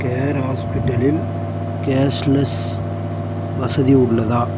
care ஹாஸ்பிட்டலில் cashless வசதி உள்ளதா